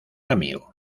amigo